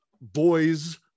boys